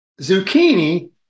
Zucchini